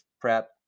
prep